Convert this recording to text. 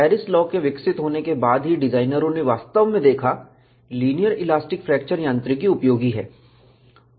Paris law के विकसित होने के बाद ही डिजाइनरों ने वास्तव में देखा लीनियर इलास्टिक फ्रैक्चर यांत्रिकी उपयोगी है